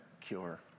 cure